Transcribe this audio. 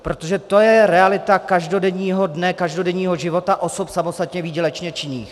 Protože to je realita každodenního dne, každodenního života osob samostatně výdělečně činných.